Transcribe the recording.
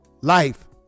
Life